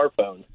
smartphone